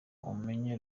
umenye